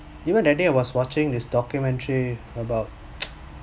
even that day I was watching this documentary about